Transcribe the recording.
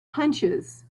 hunches